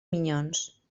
minyons